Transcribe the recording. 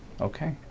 Okay